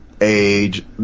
age